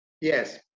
Yes